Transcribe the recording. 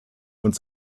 und